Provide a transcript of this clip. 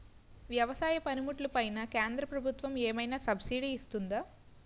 వ్యవసాయ పనిముట్లు పైన కేంద్రప్రభుత్వం ఏమైనా సబ్సిడీ ఇస్తుందా?